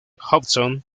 hudson